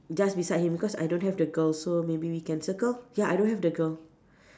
just beside him because I don't have the girl so maybe we can circle ya I don't have the girl